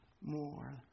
more